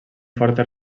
fortes